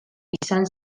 izan